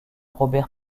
robert